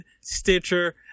Stitcher